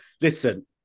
Listen